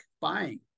buying